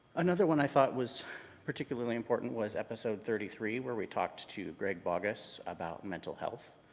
another one i thought was particularly important was episode thirty three where we talked to greg baugues about mental health.